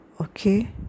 Okay